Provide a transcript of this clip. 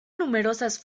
numerosas